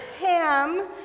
ham